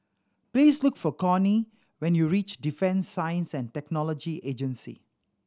please look for Cornie when you reach Defence Science And Technology Agency